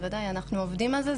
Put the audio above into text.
אנחנו עובדים על זה,